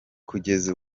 kugeza